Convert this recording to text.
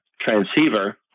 transceiver